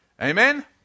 Amen